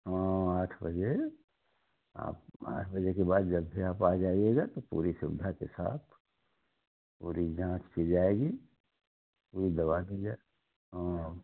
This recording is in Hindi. हाँ आठ बजे आप आठ बजे के बाद जब भी आप आ जाइएगा तो पूरी सुविधा के साथ पूरी जाँच की जाएगी पूरी दवा दी जाए हाँ